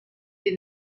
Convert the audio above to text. des